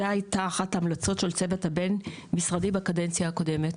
זו הייתה אחת ההמלצות של צוות הבין משרדי בקדנציה הקודמת.